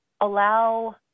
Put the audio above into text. allow